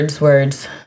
words